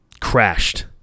crashed